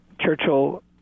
Churchill